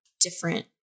different